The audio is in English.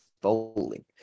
bowling